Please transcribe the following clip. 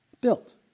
built